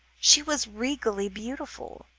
she was regally beautiful,